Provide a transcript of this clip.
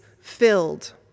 filled